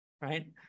right